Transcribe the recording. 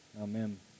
Amen